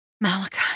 Malachi